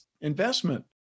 investment